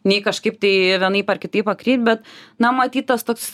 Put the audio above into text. nei kažkaip tai vienaip ar kitaip pakreipt bet na maty tas toks